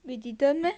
we didn't meh